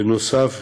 בנוסף,